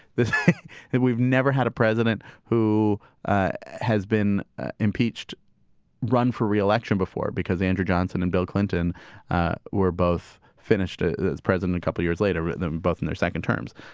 and we've never had a president who ah has been impeached run for re-election before because andrew johnson and bill clinton were both finished a president a couple of years later, rhythm both in their second terms.